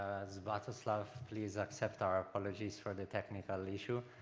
svatoslav please accept our apologies for the technical issue.